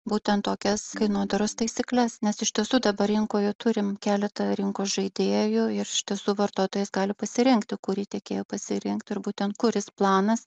būtent tokias kainodaros taisykles nes iš tiesų dabar rinkoje turim keletą rinkos žaidėjų ir iš tiesų vartotojas gali pasirinkti kurį tiekėją pasirinkt ir būtent kuris planas